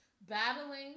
battling